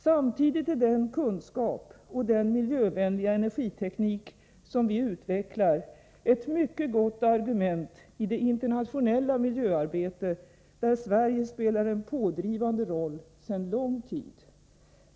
Samtidigt är den kunskap och den miljövänliga energiteknik vi utvecklar ett mycket gott argument i det internationella miljöarbete där Sverige spelar en pådrivande roll sedan lång tid.